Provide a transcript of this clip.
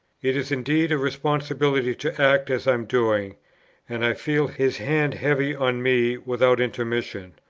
it is indeed a responsibility to act as i am doing and i feel his hand heavy on me without intermission,